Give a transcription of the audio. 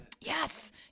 Yes